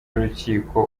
y’urukiko